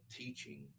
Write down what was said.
teaching